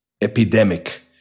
epidemic